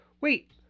wait